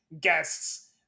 guests